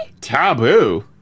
Taboo